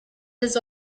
his